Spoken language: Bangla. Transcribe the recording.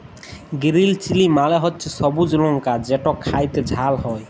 গিরিল চিলি মালে হছে সবুজ লংকা যেট খ্যাইতে ঝাল হ্যয়